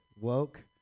Woke